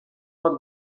خواد